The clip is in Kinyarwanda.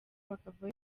bakava